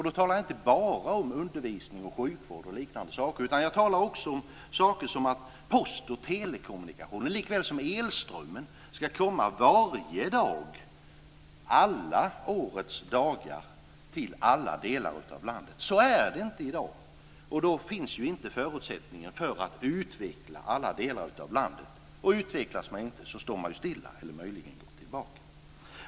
Då talar jag inte bara om undervisning, sjukvård och liknande saker. Jag talar också om saker som att postoch telekommunikationen likväl som elströmmen ska komma varje dag, alla årets dagar, till alla delar av landet. Så är det inte i dag. Då finns inte förutsättningen för att utveckla alla delar av landet. Utvecklas man inte står man stilla eller går möjligen tillbaka.